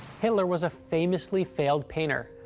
hitler was a famously failed painter,